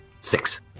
six